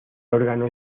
órgano